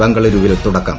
ബംഗളൂരുവിൽ തുടക്കം